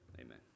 amen